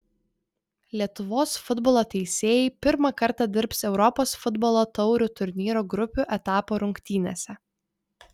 lietuvos futbolo teisėjai pirmą kartą dirbs europos futbolo taurių turnyro grupių etapo rungtynėse